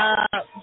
up